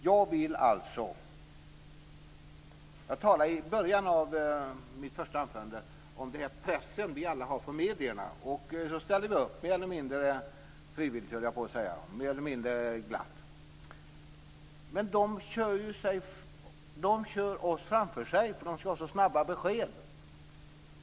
Jag talade i början av mitt anförande om den press som vi alla har från medierna, för vilka vi ställer upp mer eller mindre glatt. De kör ju oss framför sig därför att de skall ha så snabba besked.